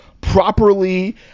properly